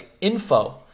info